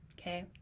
okay